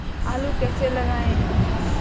आलू कैसे लगाएँ?